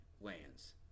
lands